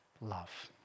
love